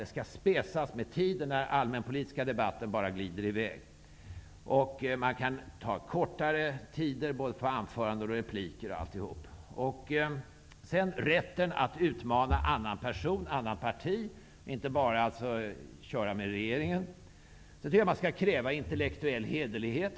Man kan ha kortare tid när det gäller både anföranden och repliker. Jag tycker också att man skall ha rätt att utmana annat parti -- inte bara regeringen. Och jag tycker att man skall kräva intellektuell hederlighet.